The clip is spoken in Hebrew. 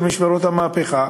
"משמרות המהפכה"